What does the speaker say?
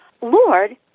Lord